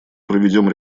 проведем